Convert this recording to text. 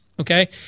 Okay